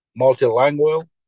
Multilingual